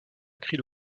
écrit